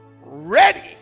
Ready